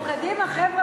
היא ברירת מחדל,